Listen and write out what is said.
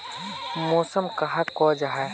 मौसम कहाक को जाहा?